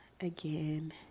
Again